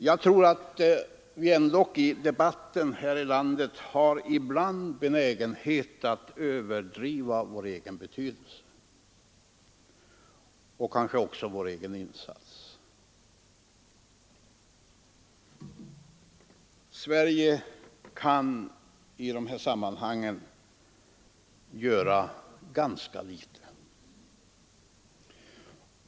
Ändå tror jag att vi i debatten här i landet ibland har en benägenhet att överdriva vår egen betydelse och kanske även våra egna insatser. Sverige kan i dessa sammanhang göra ganska litet.